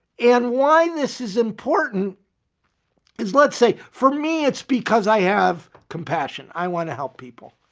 and why this is important is let's say, for me, it's because i have compassion. i want to help people.